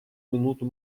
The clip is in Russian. минуту